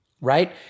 right